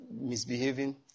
misbehaving